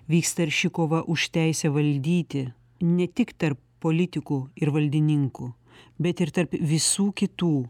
vyksta arši kova už teisę valdyti ne tik tarp politikų ir valdininkų bet ir tarp visų kitų